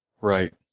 Right